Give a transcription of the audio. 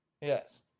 Yes